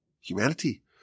Humanity